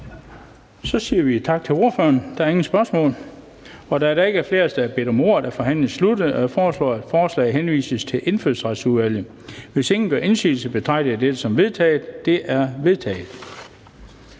Så siger vi tak til ministeren. Der er ikke flere korte bemærkninger. Da der ikke er flere, som har bedt om ordet, er forhandlingen sluttet. Jeg foreslår, at lovforslaget henvises til Erhvervsudvalget. Og hvis ingen gør indsigelse, betragter det som vedtaget. Det er vedtaget.